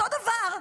אותו הדבר,